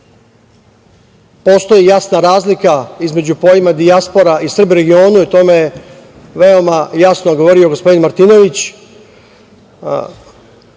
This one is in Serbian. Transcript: postoji jasna razlika između pojma dijaspora i Srba u regionu i o tome je veoma jasno govorio gospodin Martinović.